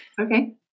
Okay